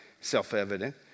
self-evident